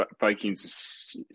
Vikings